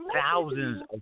thousands